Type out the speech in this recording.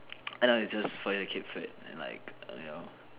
end up it's just for you to keep fit and like you know